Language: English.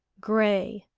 gray,